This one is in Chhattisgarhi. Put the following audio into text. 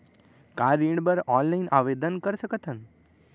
का ऋण बर ऑनलाइन आवेदन कर सकथन?